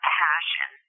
passion